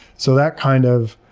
so that kind of